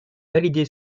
validé